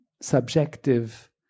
subjective